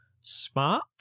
smart